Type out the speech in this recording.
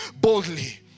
boldly